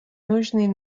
нужны